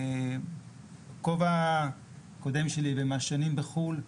בכובע הקודם שלי ומהשנים בחו"ל,